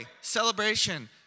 celebration